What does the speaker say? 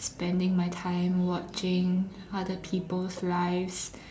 spending my time watching other people's lives